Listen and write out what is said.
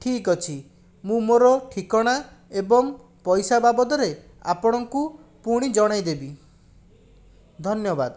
ଠିକ୍ ଅଛି ମୁଁ ମୋର ଠିକଣା ଏବଂ ପଇସା ବାବଦରେ ଆପଣଙ୍କୁ ପୁଣି ଜଣାଇଦେବି ଧନ୍ୟବାଦ